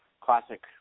classic